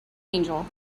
angel